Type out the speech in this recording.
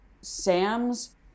Sam's